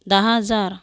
दहा हजार